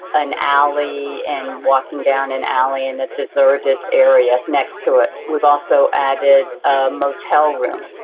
an alley and walking down an alley and a deserted area next to it. we've also added a motel room,